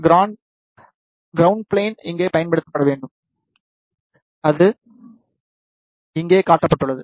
ground plane இங்கே பயன்படுத்தப்பட வேண்டும் இது இங்கே காட்டப்பட்டுள்ளது